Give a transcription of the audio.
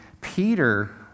Peter